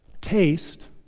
taste